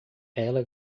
ela